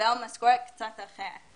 מקבל משכורת קצת אחרת.